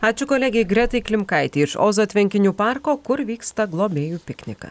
ačiū kolegei gretai klimkaitei iš ozo tvenkinių parko kur vyksta globėjų piknika